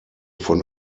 von